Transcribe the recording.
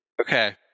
Okay